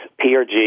PRG